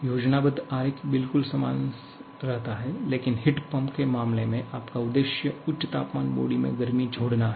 योजनाबद्ध आरेख बिल्कुल समान रहताहै लेकिन हीट पंप के मामले में आपका उद्देश्य उच्च तापमान बॉडी में गर्मी जोड़ना है